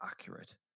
accurate